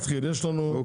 הפגרה.